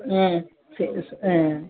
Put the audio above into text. ம் சரி ம்